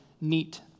neat